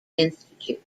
institute